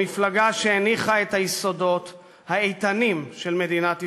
המפלגה שהניחה את היסודות האיתנים של מדינת ישראל.